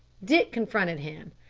dick confronted him.